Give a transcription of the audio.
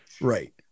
Right